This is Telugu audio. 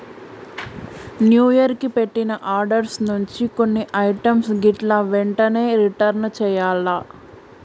న్యూ ఇయర్ కి పెట్టిన ఆర్డర్స్ నుంచి కొన్ని ఐటమ్స్ గిట్లా ఎంటనే రిటర్న్ చెయ్యాల్ల